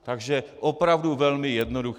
Takže opravdu velmi jednoduché.